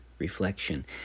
reflection